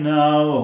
now